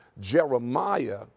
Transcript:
Jeremiah